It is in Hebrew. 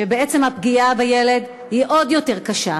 שבעצם הפגיעה בילד היא עוד יותר קשה,